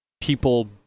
people